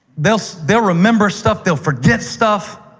they'll so they'll remember stuff. they'll forget stuff.